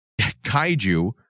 Kaiju